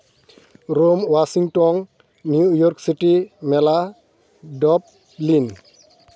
Rome Washington New York city ᱢᱮᱞᱟ Dublin